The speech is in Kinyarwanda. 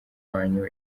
wanyu